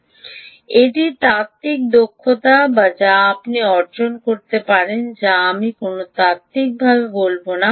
এবং এই শব্দটি iload Vout এটি তাত্ত্বিক দক্ষতা যা আপনি অর্জন করতে পারেন যা আমি কোনটি তাত্ত্বিকভাবে বলব না